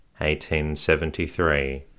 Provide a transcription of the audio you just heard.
1873